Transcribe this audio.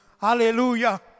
hallelujah